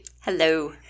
Hello